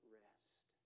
rest